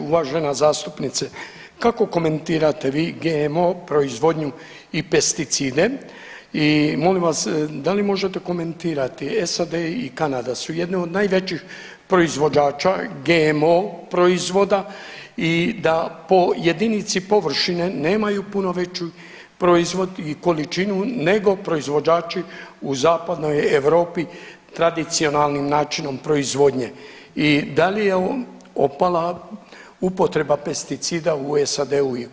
Uvažena zastupnice, kako komentirate vi GMO proizvodnju i pesticide i molim vas da li možete komentirati SAD i Kanada su jedne od najvećih proizvođača GMO proizvoda i da po jedinici površine nemaju puno veći proizvod i količinu nego proizvođači u zapadnoj Europi tradicionalnim načinom proizvodnje i da li je opala upotreba pesticida u SAD-u i u Kanadi?